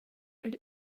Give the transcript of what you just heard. igl